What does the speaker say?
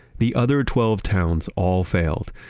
the other twelve towns all failed.